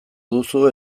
duzu